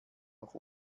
auch